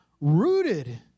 rooted